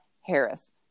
harris